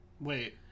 Wait